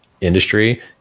industry